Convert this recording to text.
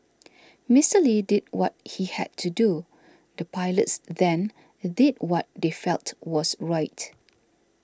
Mister Lee did what he had to do the pilots then did what they felt was right